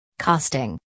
Costing